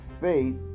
faith